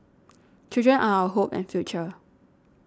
children are our hope and future